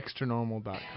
extranormal.com